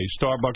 Starbucks